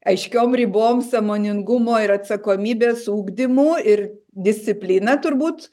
aiškiom ribom sąmoningumo ir atsakomybės ugdymu ir disciplina turbūt